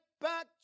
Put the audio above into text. back